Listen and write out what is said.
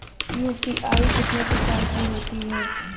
UPI कितने प्रकार की होती हैं?